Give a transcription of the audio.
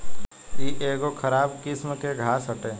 इ एगो खराब किस्म के घास हटे